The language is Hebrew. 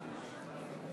(מחיאות כפיים)